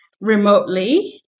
remotely